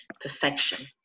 perfection